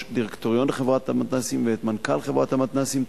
דירקטוריון חברת המתנ"סים ואת מנכ"ל חברת המתנ"סים,